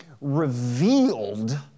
revealed